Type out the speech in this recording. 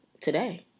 today